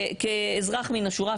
כאזרח מן השורה,